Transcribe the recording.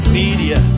media